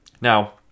Now